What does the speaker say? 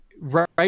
right